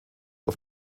auf